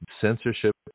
censorship